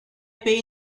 pay